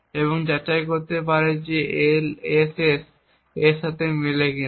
এবং যাচাই করতে পারে এটি LHS এর সাথে মেলে কিনা